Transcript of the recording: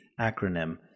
acronym